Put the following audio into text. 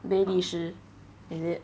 baileyshi is it